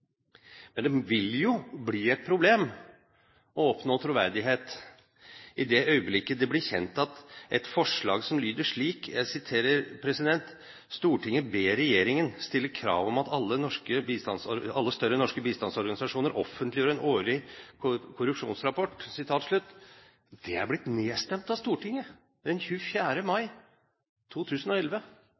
men det vil jo bli et problem å oppnå troverdighet i det øyeblikket det blir kjent at et forslag som lyder slik: «Stortinget ber regjeringen stille krav om at alle større norske bistandsorganisasjoner offentliggjør en årlig korrupsjonsrapport», er blitt nedstemt av Stortinget. Den 24. mai 2011